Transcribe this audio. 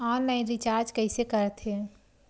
Online recharge कइसे करथे?